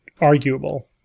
arguable